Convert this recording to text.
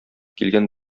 килгән